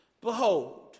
Behold